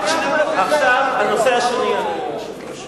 הצבעתם בעדה לפני שנה וחצי.